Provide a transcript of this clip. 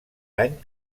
any